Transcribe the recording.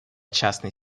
частный